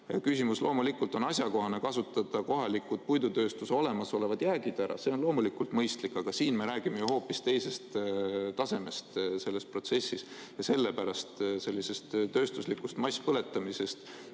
Küsimus loomulikult on asjakohane. Kasutada kohalikud puidutööstuse olemasolevad jäägid ära on loomulikult mõistlik, aga siin me räägime hoopis teisest tasemest selles protsessis, sellisest tööstuslikust masspõletamisest.